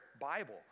Bible